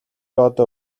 одоо